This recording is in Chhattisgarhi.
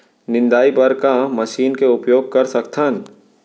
निंदाई बर का मशीन के उपयोग कर सकथन?